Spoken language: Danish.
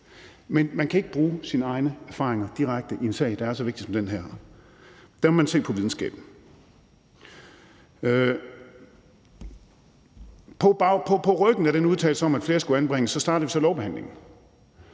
men man kan ikke bruge sine egne erfaringer direkte i en sag, der er så vigtig som den her; der må man se på videnskaben. På ryggen af den udtalelse om, at flere skulle anbringes, startede vi så lovbehandlingen.